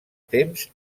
temps